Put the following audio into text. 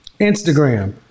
instagram